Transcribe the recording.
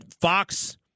Fox